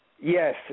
Yes